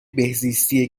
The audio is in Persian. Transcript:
بهزیستی